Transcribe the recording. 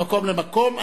ממקום למקום,